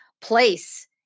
place